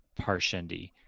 Parshendi